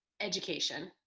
education